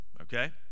okay